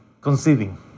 conceiving